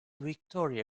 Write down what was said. victoria